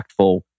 impactful